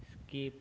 skip